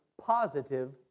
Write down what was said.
positive